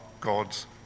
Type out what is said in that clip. God's